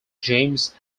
james